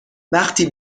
وقتی